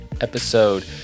episode